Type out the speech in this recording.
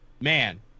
man